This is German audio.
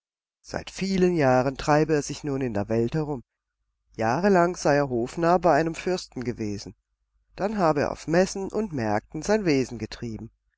seit vielen jahren treibe er sich nun in der welt herum jahrelang sei er hofnarr bei einem fürsten gewesen dann habe er auf messen und märkten sein wesen getrieben